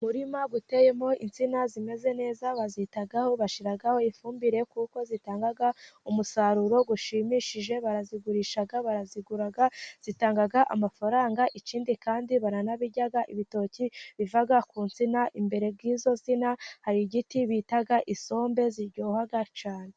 Umurima uteyemo insina zimeze neza, bazitaho, bashyiraho ifumbire, kuko zitanga umusaruro ushimishije, barazigurisha, barazigura, zitanga amafaranga, ikindi kandi baranabirya, ibitoki biva ku nsina, imbere y'izo nsina hari igiti bita isombe ziryoha cyane.